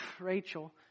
Rachel